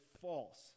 false